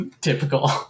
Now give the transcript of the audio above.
typical